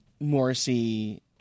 Morrissey